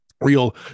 real